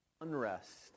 unrest